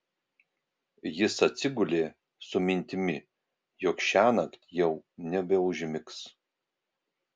jis atsigulė su mintimi jog šiąnakt jau nebeužmigs